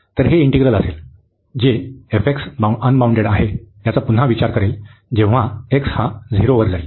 तर हे इंटिग्रल असेल जे अनबाऊंडेड आहे याचा पुन्हा विचार करेल जेव्हा x हा झिरोवर जाईल